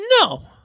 no